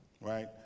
right